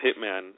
Hitman